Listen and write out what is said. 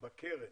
בקרן